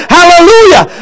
Hallelujah